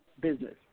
business